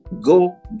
go